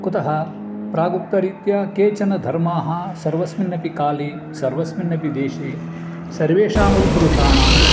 कुतः प्रागुक्तरीत्या केचन धर्माः सर्वस्मिन्नपि काले सर्वस्मिन्नपि देशे सर्वेषामपि पुरुषाणां